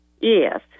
Yes